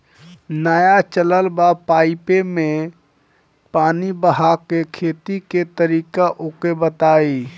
नया चलल बा पाईपे मै पानी बहाके खेती के तरीका ओके बताई?